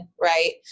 right